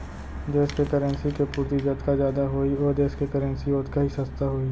देस के करेंसी के पूरति जतका जादा होही ओ देस के करेंसी ओतका ही सस्ता होही